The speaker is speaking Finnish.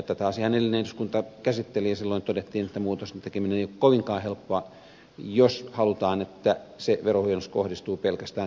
tätä asiaahan edellinen eduskunta käsitteli ja silloin todettiin että muutosten tekeminen ei ole kovinkaan helppoa jos halutaan että se verohuojennus kohdistuu pelkästään siihen sukupolvenvaihdostilanteeseen